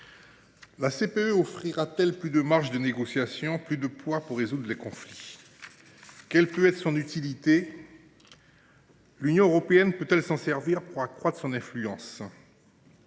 La CPE offrira-t-elle plus de marges de négociation, conférera-t-elle plus de poids pour résoudre les conflits ? Quelle peut être son utilité ? L’Union européenne peut-elle s’en servir pour accroître son influence ?